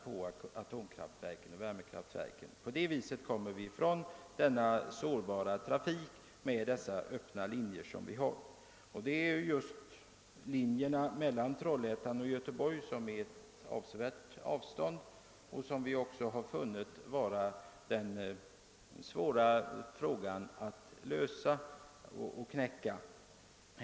På det viset skulle vi komma ifrån den sårbara trafiken med öppna linjer. Just frågan om linjen mellan Trollhättan och Göteborg — ett avsevärt avstånd — har vi funnit vara svårlöst.